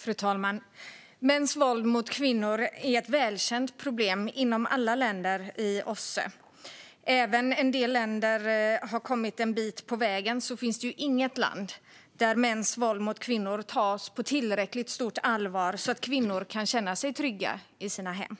Fru talman! Mäns våld mot kvinnor är ett välkänt problem inom alla länder i OSSE. Även om en del länder har kommit en bit på vägen finns det inget land där mäns våld mot kvinnor tas på tillräckligt stort allvar så att kvinnor kan känna sig trygga i sina hem.